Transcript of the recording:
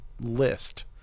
list